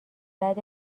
بعد